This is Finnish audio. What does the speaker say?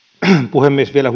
puhemies vielä